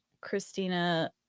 Christina